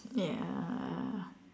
ya